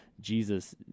Jesus